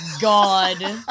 God